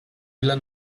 ile